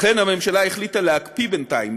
לכן הממשלה החליטה להקפיא בינתיים,